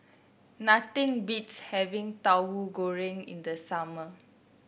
nothing beats having Tauhu Goreng in the summer